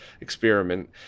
experiment